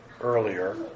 earlier